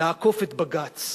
לעקוף את בג"ץ.